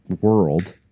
world